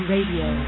Radio